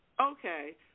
Okay